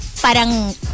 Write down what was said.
Parang